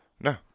no